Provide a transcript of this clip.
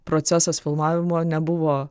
procesas filmavimo nebuvo